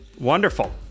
Wonderful